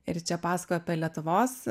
ir čia pasakojo apie lietuvos